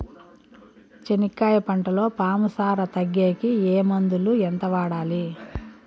చెనక్కాయ పంటలో పాము సార తగ్గేకి ఏ మందులు? ఎంత వాడాలి?